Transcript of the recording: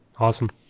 awesome